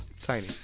tiny